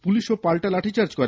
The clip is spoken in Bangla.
পুলিশও পাল্টা লাঠিচার্জ করে